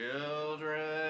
children